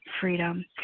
freedom